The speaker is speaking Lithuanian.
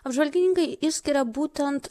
apžvalgininkai išskiria būtent